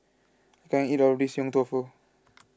I can't eat all of this Yong Tau Foo